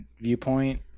viewpoint